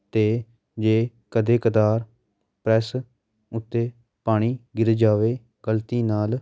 ਅਤੇ ਜੇ ਕਦੇ ਕਦਾਰ ਪ੍ਰੈੱਸ ਉੱਤੇ ਪਾਣੀ ਗਿਰ ਜਾਵੇ ਗਲਤੀ ਨਾਲ